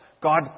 God